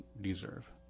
deserve